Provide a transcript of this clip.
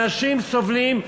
אנשים סובלים,